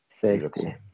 Safety